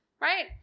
right